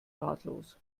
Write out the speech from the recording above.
ratlos